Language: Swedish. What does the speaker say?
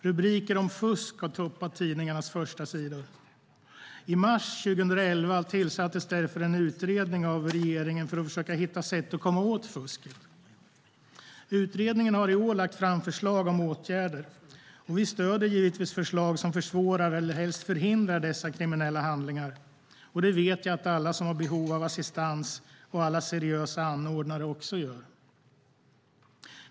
Rubriker om fusk har toppat tidningarnas förstasidor. I mars 2011 tillsattes därför en utredning av regeringen för att försöka hitta sätt att komma åt fusket. Utredningen har i år lagt fram förslag om åtgärder. Vi stöder givetvis förslag som försvårar eller helst förhindrar dessa kriminella handlingar, och det vet jag att alla som har behov av assistans och alla seriösa anordnare också gör.